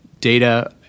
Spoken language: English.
data